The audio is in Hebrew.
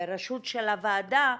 לראשות הוועדה,